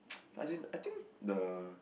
as in I think the